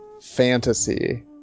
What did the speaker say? fantasy